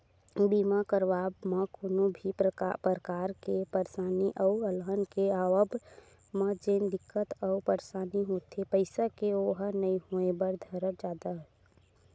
बीमा करवाब म कोनो भी परकार के परसानी अउ अलहन के आवब म जेन दिक्कत अउ परसानी होथे पइसा के ओहा नइ होय बर धरय जादा